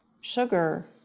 sugar